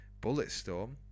Bulletstorm